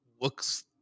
looks